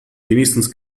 wenigstens